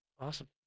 Awesome